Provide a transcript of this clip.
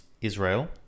Israel